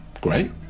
great